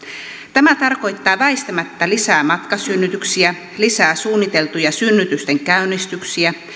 tämä tarkoittaa väistämättä lisää matkasynnytyksiä lisää suunniteltuja synnytysten käynnistyksiä